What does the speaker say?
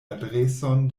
adreson